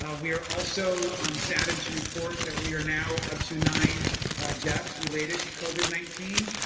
ah we are also um saddened to report that we are now up to nine deaths related to covid nineteen.